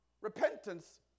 repentance